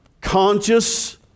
conscious